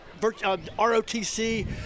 ROTC